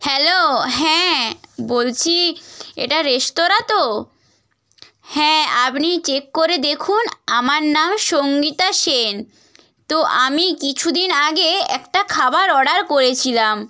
hello হ্যাঁ বলছি এটা রেস্তোরাঁ তো হ্যাঁ আপনি চেক করে দেখুন আমার নাম সঙ্গীতা সেন তো আমি কিছু দিন আগে একটা খাবার অর্ডার করেছিলাম